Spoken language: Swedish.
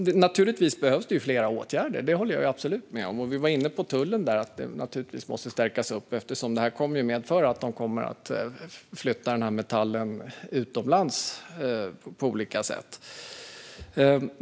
Naturligtvis behövs det flera åtgärder; det håller jag absolut med om. Vi var inne på att tullen måste stärkas eftersom detta kommer att medföra att man flyttar metallen utomlands på olika sätt.